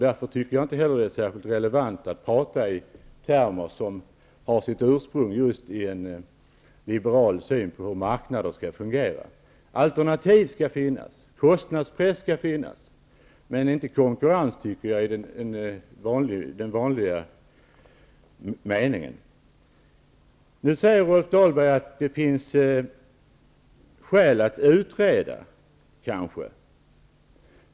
Därför tycker jag inte heller att det är särskilt relevant att tala i termer, som har sitt ursprung i en liberal syn på hur marknaden skall fungera. Alternativ skall finnas, och kostnadspress skall finnas, men inte konkurrens i den vanliga meningen. Nu säger Rolf Dahlberg att det kanske kan finnas skäl att utreda.